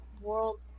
world